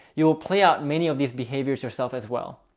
you will play out many of these behaviors yourself as well.